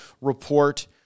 report